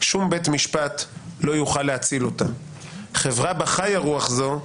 שום בית משפט לא יוכל להציל אותה; חברה בה חיה רוח זו,